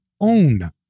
own